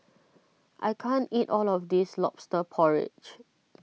I can't eat all of this Lobster Porridge